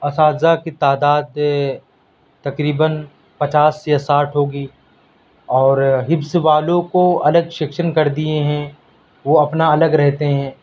اساتذہ کی تعداد تقریباً پچاس یا ساٹھ ہوگی اور حفظ والوں کو الگ شیکشن کر دیے ہیں وہ اپنا الگ رہتے ہیں